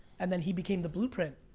and then he became the blueprint,